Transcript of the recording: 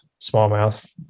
smallmouth